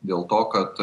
dėl to kad